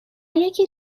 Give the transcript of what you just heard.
یکی